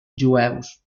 jueus